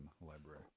library